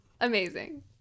Amazing